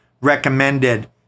recommended